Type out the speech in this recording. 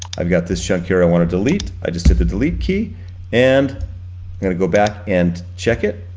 i've got this chunk here i wanna delete, i just hit the delete key and gonna go back and check it.